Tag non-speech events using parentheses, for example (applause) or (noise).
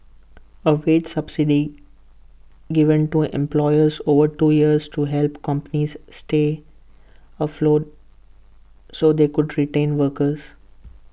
A wage subsidy given to employers over two years to help companies stay afloat so they could (unintelligible) tain workers